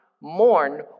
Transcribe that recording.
mourn